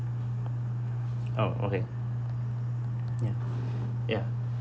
oh okay ya ya